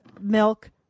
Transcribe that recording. milk